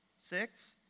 six